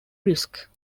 risk